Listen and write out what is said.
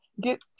get